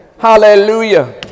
Hallelujah